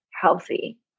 healthy